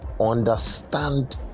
understand